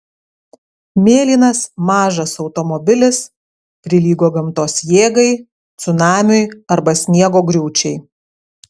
mėlynas mažas automobilis prilygo gamtos jėgai cunamiui arba sniego griūčiai